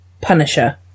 Punisher